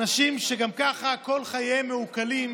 אנשים שגם ככה כל חייהם מעוקלים,